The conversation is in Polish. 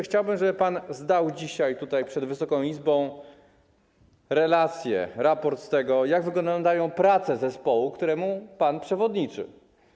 Chciałbym, żeby pan zdał dzisiaj tutaj przed Wysoką Izbą relację, raport z tego, jak wyglądają prace zespołu, któremu pan przewodniczy.